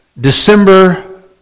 December